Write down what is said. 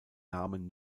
namen